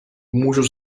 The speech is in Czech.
můžou